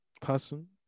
person